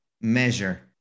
measure